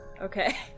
Okay